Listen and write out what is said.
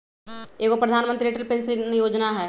एगो प्रधानमंत्री अटल पेंसन योजना है?